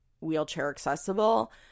wheelchair-accessible –